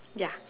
ya